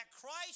Christ